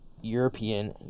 European